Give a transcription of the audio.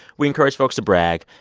we encourage folks to brag.